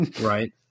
Right